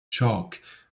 chalk